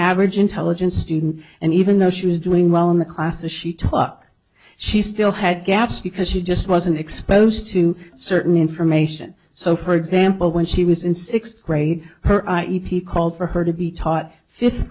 average intelligence student and even though she was doing well in the class a she took she still had gaps because she just wasn't exposed to certain information so for example when she was in sixth grade her i e p called for her to be taught fifth